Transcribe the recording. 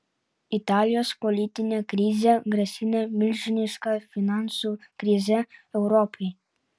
italijos politinė krizė grasina milžiniška finansų krize europai